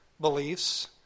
beliefs